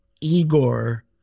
Igor